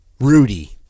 Rudy